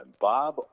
Bob